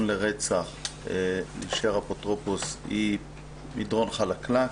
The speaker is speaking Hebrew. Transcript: לרצח להישאר אפוטרופוס היא מדרון חלקלק.